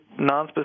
nonspecific